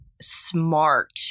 smart